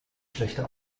schlechte